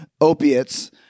opiates